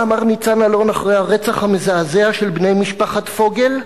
מה אמר ניצן אלון אחרי הרצח המזעזע של בני משפחת פוגל,